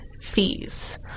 fees